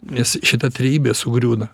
nes šitą trejybė sugriūna